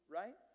right